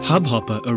Hubhopper